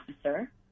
officer